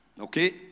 Okay